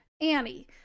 Annie